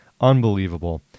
unbelievable